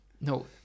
No